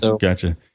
Gotcha